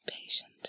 patient